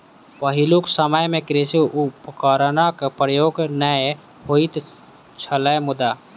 पहिलुक समय मे कृषि उपकरणक प्रयोग नै होइत छलै मुदा